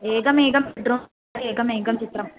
एकमेकं बेड्रूम् एकमेकं चित्रम्